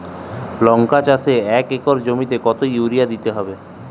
লংকা চাষে এক একর জমিতে কতো ইউরিয়া দিতে হবে?